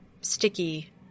sticky